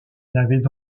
n’avaient